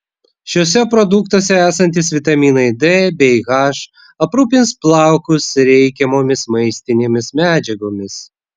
šiuose produktuose esantys vitaminai d bei h aprūpins plaukus reikiamomis maistinėmis medžiagomis